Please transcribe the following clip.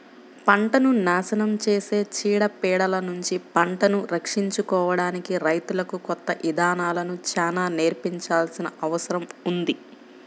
పంటను నాశనం చేసే చీడ పీడలనుంచి పంటను రక్షించుకోడానికి రైతులకు కొత్త ఇదానాలను చానా నేర్పించాల్సిన అవసరం ఉంది